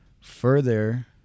further